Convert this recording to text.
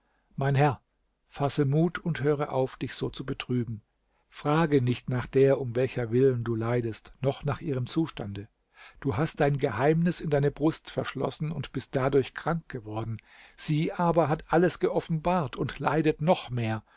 mein herr fasse mut und höre auf dich so zu betrüben frage nicht nach der um welcher willen du leidest noch nach ihrem zustande du hast dein geheimnis in deine brust verschlossen und bist dadurch krank geworden sie aber hat alles geoffenbart und leidet noch mehr